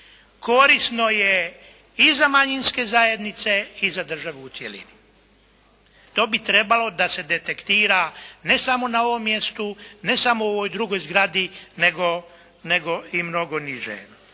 Korisno je i za manjinske zajednice i za državu u cjelini. To bi trebalo da se detektira ne samo na ovom mjestu, ne samo u ovoj drugoj zgradi, nego i mnogo niže.